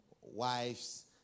wives